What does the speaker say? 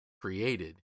created